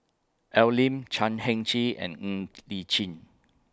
Al Lim Chan Heng Chee and Ng Li Chin